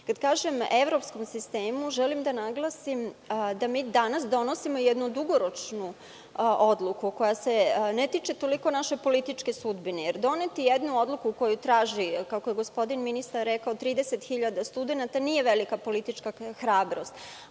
kažem – evropskom sistemu, želim da naglasim da danas donosimo jednu dugoročnu odluku koja se ne tiče toliko naše političke sudbine jer doneti jednu odluku koju traži, kako je gospodin ministar rekao, 30.000 studenata, nije velika politička hrabrost.